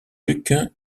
luc